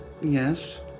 yes